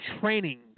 training